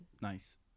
Nice